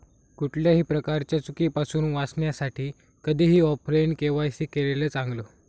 कुठल्याही प्रकारच्या चुकीपासुन वाचण्यासाठी कधीही ऑफलाइन के.वाय.सी केलेलं चांगल